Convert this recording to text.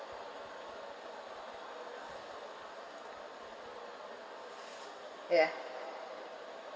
ya